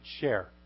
share